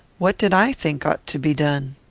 what did i think ought to be done?